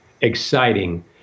exciting